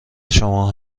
شما